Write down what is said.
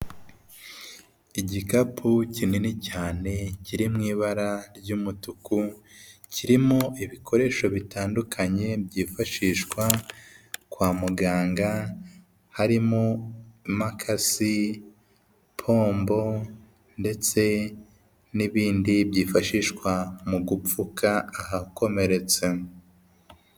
Igikapu kinini cyane kiri mu ibara ry'umutuku, kirimo ibikoresho bitandukanye byifashishwa kwa muganga, harimo imakasi, ipombo ndetse n'ibindi byifashishwa mu gupfuka ahakomeretse.